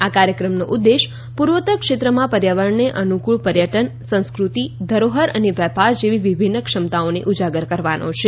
આ કાર્યક્રમનો ઉદ્દેશ પૂર્વોત્તર ક્ષેત્રમાં પર્યાવરણને અનુકૂળ પર્યટન સંસ્કૃતિ ધરોહર અને વેપાર જેવી વિભિન્ન ક્ષમતાઓને ઊજાગર કરવાનો છે